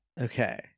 Okay